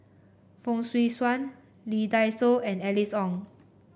Fong Swee Suan Lee Dai Soh and Alice Ong